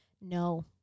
no